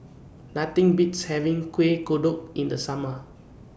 Nothing Beats having Kuih Kodok in The Summer